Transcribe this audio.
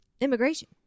immigration